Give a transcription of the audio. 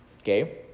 Okay